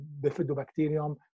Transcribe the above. bifidobacterium